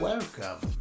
Welcome